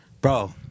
bro